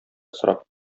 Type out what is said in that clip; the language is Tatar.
сорап